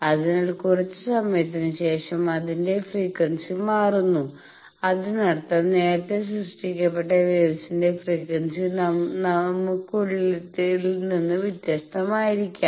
അതിനാൽ കുറച്ച് സമയത്തിന് ശേഷം അതിന്റെ ഫ്രീക്വൻസി മാറുന്നു അതിനർത്ഥം നേരത്തെ സൃഷ്ടിക്കപ്പെട്ട വേവ്സിന്റെ ഫ്രീക്വൻസി നമുക്കുള്ളതിൽ നിന്ന് വ്യത്യസ്തമായിരിക്കാം